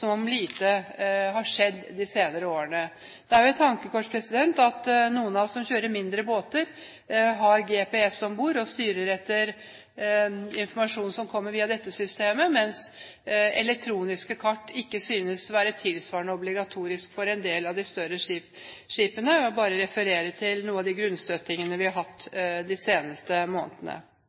om lite har skjedd de senere årene. Det er jo et tankekors at noen av oss som kjører mindre båter, har GPS om bord og styrer informasjonen som kommer via dette systemet, mens elektroniske kart ikke synes å være tilsvarende obligatorisk for en del av de større skipene. Jeg vil bare referere til noen av de grunnstøtingene vi har hatt de seneste månedene.